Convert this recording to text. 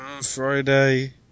Friday